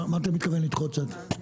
מה אתה מתכוון לדחות קצת?